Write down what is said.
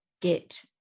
get